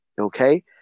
Okay